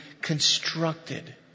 constructed